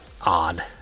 odd